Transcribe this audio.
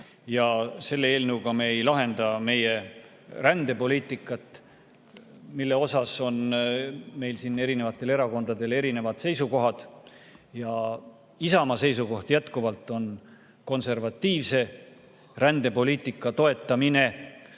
ja selle eelnõuga me ei lahenda meie rändepoliitikat, mille puhul on meil siin erinevatel erakondadel erinevad seisukohad. Isamaa seisukoht jätkuvalt on toetada konservatiivset rändepoliitikat, mis